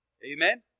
Amen